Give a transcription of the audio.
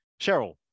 Cheryl